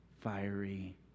fiery